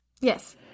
Yes